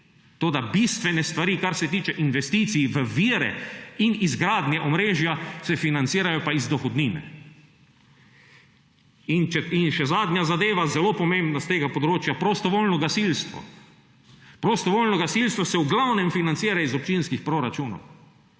Toda bistvene stvari, kar se tiče investicij v vire in izgradnjo omrežja, se financirajo pa iz dohodnine. Še zadnja zadeva, zelo pomembna s tega področja, prostovoljno gasilstvo. Prostovoljno gasilstvo se v glavnem financira iz občinskih proračunov,